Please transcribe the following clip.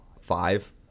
five